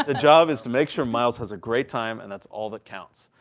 the job is to make sure miles has a great time, and that's all the counts.